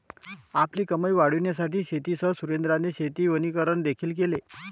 आपली कमाई वाढविण्यासाठी शेतीसह सुरेंद्राने शेती वनीकरण देखील केले